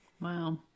Wow